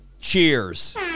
cheers